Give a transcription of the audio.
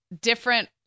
different